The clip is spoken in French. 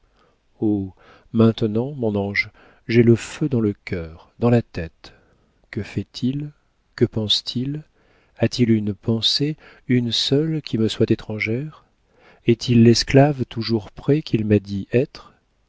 oh maintenant mon ange j'ai le feu dans le cœur dans la tête que fait-il que pense-t-il a-t-il une pensée une seule qui me soit étrangère est-il l'esclave toujours prêt qu'il m'a dit être